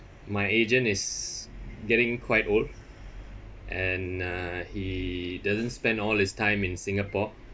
my agent is getting quite old and uh he doesn't spend all his time in singapore